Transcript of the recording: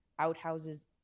outhouses